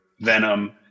Venom